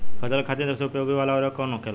फसल के खातिन सबसे उपयोग वाला उर्वरक कवन होखेला?